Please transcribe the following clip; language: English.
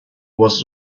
was